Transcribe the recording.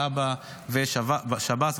כב"א ושב"ס,